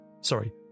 sorry